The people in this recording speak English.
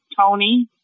Tony